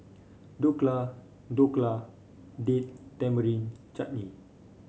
Dhokla Dhokla Date Tamarind Chutney